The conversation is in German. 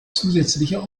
zusätzlicher